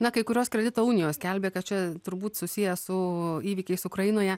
na kai kurios kredito unijos skelbė kad čia turbūt susiję su įvykiais ukrainoje